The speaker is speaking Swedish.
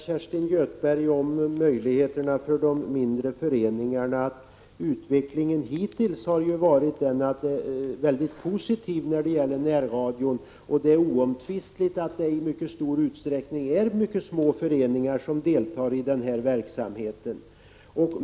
Herr talman! Om möjligheterna för de mindre föreningarna vill jag säga till Kerstin Göthberg att utvecklingen hittills när det gäller närradion varit mycket positiv. Det är oomtvistligt att det i mycket stor utsträckning är mycket små föreningar som deltar i verksamheten.